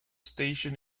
station